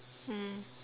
mm